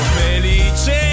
felice